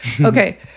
Okay